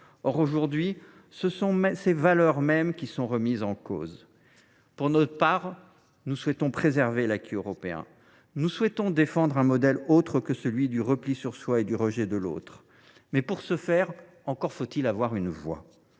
Or, aujourd’hui, ces valeurs mêmes sont remises en cause. Pour notre part, nous souhaitons préserver l’acquis européen et défendre un modèle autre que celui du repli sur soi et du rejet de l’autre. Mais, pour ce faire, encore faut il avoir une voix.